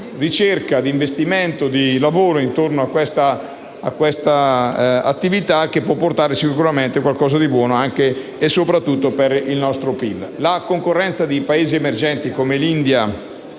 ricerca, nell'investimento e nel lavoro intorno a questa attività che può portare sicuramente qualcosa di buono, anche e soprattutto per il nostro PIL. La concorrenza dei Paesi emergenti come l'India